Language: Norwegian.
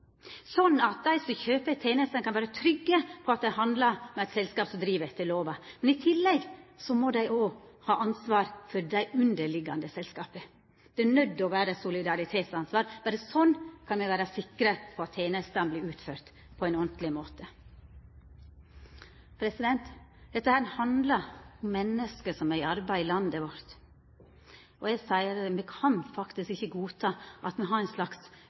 at dei som kjøper tenestene, kan vera trygge på at dei handlar med eit selskap som driv etter lova. I tillegg må dei òg ha ansvar for dei underliggjande selskapa. Det er nøydd til å vera eit solidaritetsansvar – berre slik kan me vera sikre på at tenestene vert utførte på en ordentleg måte. Dette handlar om menneske som er i arbeid i landet vårt, og me kan faktisk ikkje godta at ein har ein